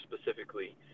specifically